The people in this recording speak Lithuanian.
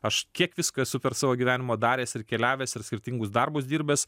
aš kiek visko esu per savo gyvenimą daręs ir keliavęs ir skirtingus darbus dirbęs